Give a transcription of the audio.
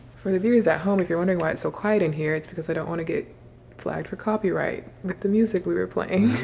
for the viewers at home if you're wondering why it's so quiet in here, it's because i don't wanna get flagged for copyright, but the music we were playing.